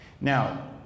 Now